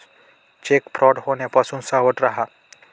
check fraud होण्यापासून सावध रहा